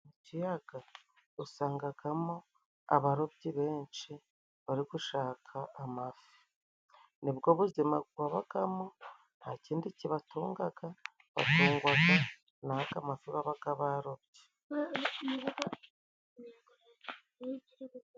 Ikiyaga usangagamo abarobyi benshi bari gushaka amafi. Ni bwo buzima babagamo nta kindi kibatungaga batungwaga n'aga mafi babaga barobye.